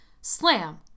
Slam